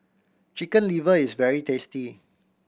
Chicken Liver is very tasty